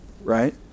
right